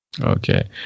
Okay